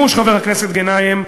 חבר הכנסת גנאים,